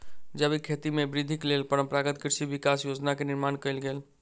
जैविक खेती में वृद्धिक लेल परंपरागत कृषि विकास योजना के निर्माण कयल गेल